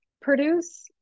produce